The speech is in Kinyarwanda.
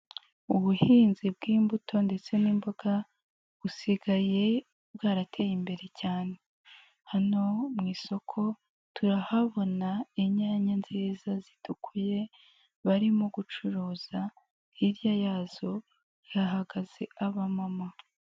Ubuhinzi bw'imbuto ndetse n'imboga, busigaye bwarateye imbere cyane. Hano mu isoko, turahabona inyanya nziza zitukuye, barimo gucuruza, hirya yazo hahagaze abamama.